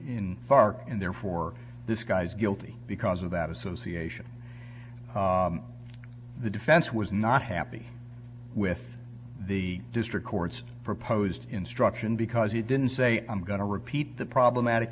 fark and therefore this guy's guilty because of that association the defense was not happy with the district court's proposed instruction because he didn't say i'm going to repeat the problematic